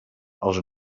els